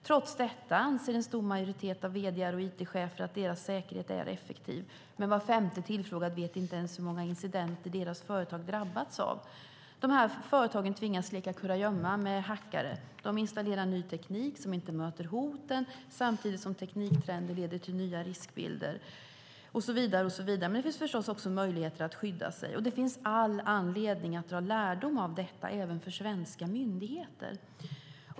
Trots detta anser en stor majoritet av vd:ar och it-chefer att deras säkerhet är effektiv. Men var femte tillfrågad vet inte ens hur många incidenter deras företag har drabbats av. Företagen tvingas leka kurragömma med hackare. De installerar ny teknik som inte möter hoten samtidigt som tekniktrender leder till nya riskbilder och så vidare. Det finns förstås också möjligheter att skydda sig, och det finns all anledning att dra lärdom av detta även för svenska myndigheter.